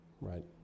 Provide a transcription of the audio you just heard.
Right